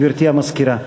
גברתי המזכירה.